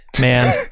man